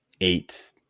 eight